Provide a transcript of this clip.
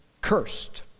cursed